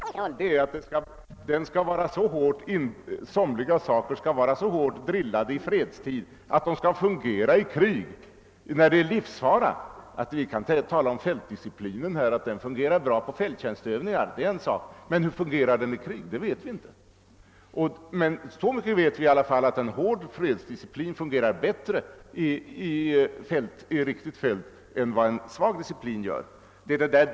Herr talman! Nej, herr försvarsminister, jag kräver inte att förbanden skall uppträda precis som de gjorde för 30, 40 år sedan. Jag har själv pojkar, och jag vet hur förhållandena är. Vad jag menar med disciplinens roll är att somliga saker bör vara så hårt drillade i fredstid att de kan fungera i krig, när det är livsfara. Att fältdisciplinen fungerar bra på fälttjänstövningar, är en sak, men vi vet inte hur den fungerar i krig. Men så myc ket vet vi i alla fall att en hård fredsdisciplin fungerar bättre under verkliga krigsförhållanden än vad en dålig disciplin gör.